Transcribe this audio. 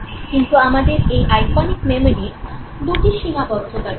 কিন্তু আমাদের এই আইকনিক মেমোরির দুটি সীমাবদ্ধতা রয়েছে